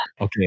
okay